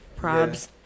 Probs